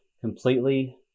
completely